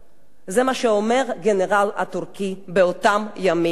זה מה שאומר גנרל טורקי באותם ימים נוראים.